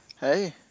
Hey